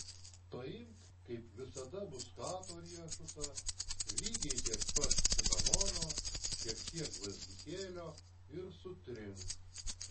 paimk kaip visada muskato riešutą lygiai tiek pat cinamono šiek tiek gvazdikėlio ir sutrink